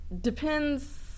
depends